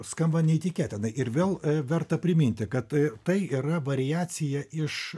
skamba neįtikėtinai ir vėl verta priminti kad tai tai yra variacija iš